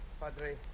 Padre